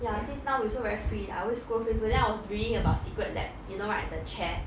ya since now we also very free lah I always scroll facebook then I was reading about secret lab you know right the chair